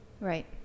Right